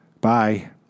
Bye